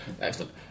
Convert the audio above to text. Excellent